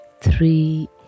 three